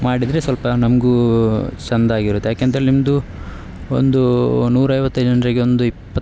ಮಾಡಿದರೆ ಸ್ವಲ್ಪ ನಮಗೂ ಚಂದಾಗಿ ಇರುತ್ತೆ ಯಾಕೆ ಅಂತೇಳಿ ನಿಮ್ಮದು ಒಂದು ನೂರೈವತ್ತೈದು ಜನ್ರಿಗೆ ಒಂದು ಇಪ್ಪತ್ತು